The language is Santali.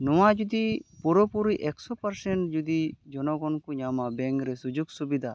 ᱱᱚᱣᱟ ᱡᱩᱫᱤ ᱯᱩᱨᱟᱹᱯᱩᱨᱤ ᱮᱠᱥᱳ ᱯᱟᱨᱥᱮᱱ ᱡᱩᱫᱤ ᱡᱚᱱᱚᱜᱚᱱ ᱠᱚ ᱧᱟᱢᱟ ᱵᱮᱝᱠ ᱨᱮ ᱥᱩᱡᱳᱜᱽ ᱥᱩᱵᱤᱫᱷᱟ